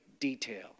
Detail